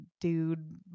dude